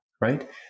right